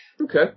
Okay